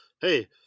hey